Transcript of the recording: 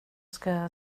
ska